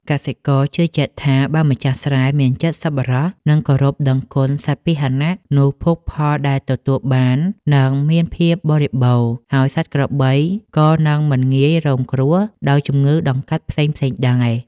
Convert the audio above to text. កសិករជឿជាក់ថា បើម្ចាស់ស្រែមានចិត្តសប្បុរស និងគោរពដឹងគុណសត្វពាហនៈ នោះភោគផលដែលទទួលបាននឹងមានភាពបរិបូរណ៍ ហើយសត្វក្របីក៏នឹងមិនងាយរងគ្រោះដោយជំងឺដង្កាត់ផ្សេងៗដែរ។